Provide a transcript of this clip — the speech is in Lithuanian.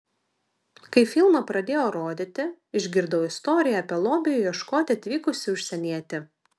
kai filmą pradėjo rodyti išgirdau istoriją apie lobio ieškoti atvykusį užsienietį